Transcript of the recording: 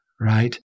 right